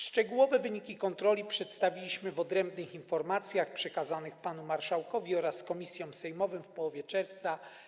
Szczegółowe wyniki kontroli przedstawiliśmy w odrębnych informacjach przekazanych panu marszałkowi oraz komisjom sejmowym w połowie czerwca.